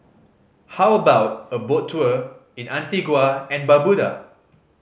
how about a boat tour in Antigua and Barbuda